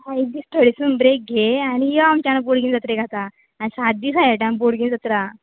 हां एक दीस थोडे दीसांक ब्रेक घे आनी यो आमच्या वांगडान बोडगिणी जात्रेक आता आनी सात दीस आसा ह्या टायम बोडगीणी जात्रा